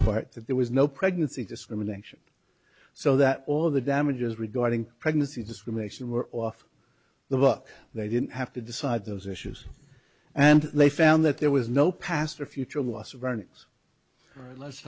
part that there was no pregnancy discrimination so that all of the damages regarding pregnancy discrimination were off the book they didn't have to decide those issues and they found that there was no past or future loss of earnings